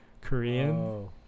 Korean